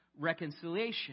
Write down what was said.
reconciliation